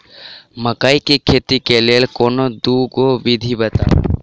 मकई केँ खेती केँ लेल कोनो दुगो विधि बताऊ?